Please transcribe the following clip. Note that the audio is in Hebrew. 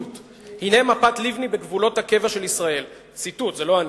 ציטוט: "הנה מפת לבני בגבולות הקבע של ישראל:" זה ציטוט וזה לא אני,